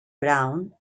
brown